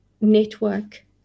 network